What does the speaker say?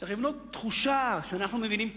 צריך לבנות תחושה שאנחנו מבינים את